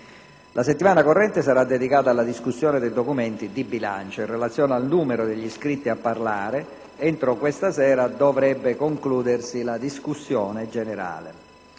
La settimana corrente sarà dedicata alla discussione dei documenti di bilancio. In relazione al numero degli iscritti a parlare, entro questa sera dovrebbe concludersi la discussione generale.